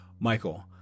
Michael